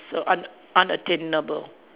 s~ un~ unattainable